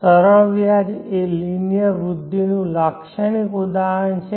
સરળ વ્યાજ એ લિનિયર વૃદ્ધિનું લાક્ષણિક ઉદાહરણ છે